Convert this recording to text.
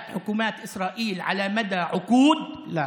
של ממשלות ישראל לאורך עשורים.) לא,